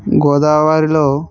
గోదావరిలో